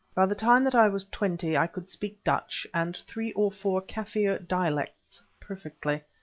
by the time that i was twenty i could speak dutch and three or four kaffir dialects perfectly,